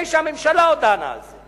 שהממשלה דנה על זה,